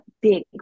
big